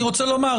אני רוצה לומר,